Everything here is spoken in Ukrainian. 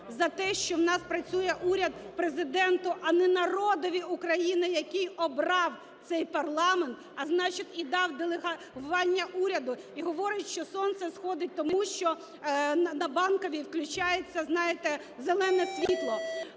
за те, що в нас працює уряд, Президенту, а не народу України, який обрав цей парламент, а значить і дав делегування уряду, і говорить, що сонце сходить, тому що на Банковій включається, знаєте, зелене світло.